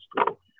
school